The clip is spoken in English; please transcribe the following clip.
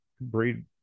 breed